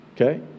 Okay